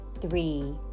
three